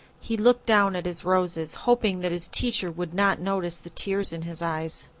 he looked down at his roses, hoping that his teacher would not notice the tears in his eyes.